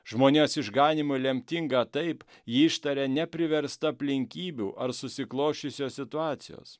žmonijos išganymui lemtingą taip ji ištarė ne priversta aplinkybių ar susiklosčiusios situacijos